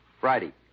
Friday